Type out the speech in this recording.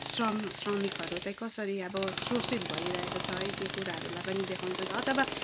श्रम श्रमिकहरू त कसरी अब शोषित भइरहेको छ है त्यो कुराहरूलाई पनि देखाउँछन् अथवा